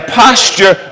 posture